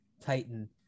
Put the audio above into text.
Titan